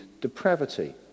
depravity